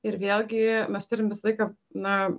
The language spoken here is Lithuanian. ir vėlgi mes turim visą laiką na